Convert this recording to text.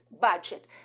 budget